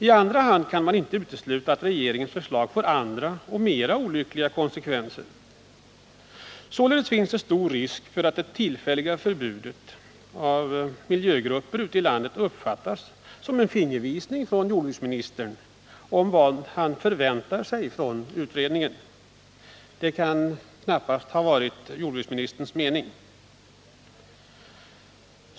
I andra hand kan man inte utesluta att regeringens förslag får andra och mer olyckliga konsekvenser. Således finns det stor risk för att det tillfälliga förbudet av miljögrupper ute i landet uppfattas som en fingervisning från jordbruksministern om vad han förväntar sig från utredningen. Det kan knappast ha varit jordbruksministerns mening.